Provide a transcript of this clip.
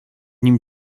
nim